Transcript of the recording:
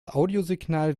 audiosignal